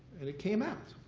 and it came out.